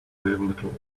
little